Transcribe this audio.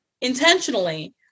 intentionally